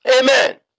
Amen